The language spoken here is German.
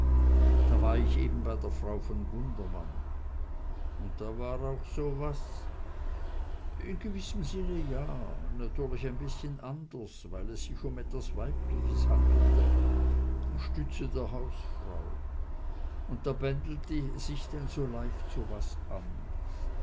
da war ich eben bei der frau von gundermann und da war auch so was in gewissem sinne ja natürlich ein bißchen anders weil es sich um etwas weibliches handelte stütze der hausfrau und da bändelt sich denn leicht was an